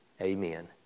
amen